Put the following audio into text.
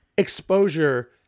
exposure